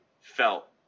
felt